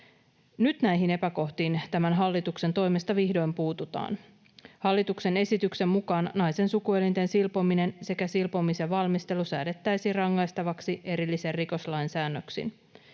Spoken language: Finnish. Nyt näihin epäkohtiin tämän hallituksen toimesta vihdoin puututaan. Hallituksen esityksen mukaan naisten sukuelinten silpominen sekä silpomisen valmistelu säädettäisiin rangaistavaksi erillisin rikoslain säännöksin.